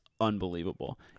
unbelievable